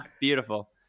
beautiful